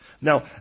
Now